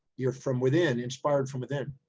you're from within, inspired from within.